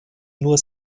nur